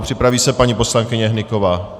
Připraví se paní poslankyně Hnyková.